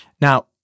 Now